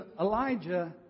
Elijah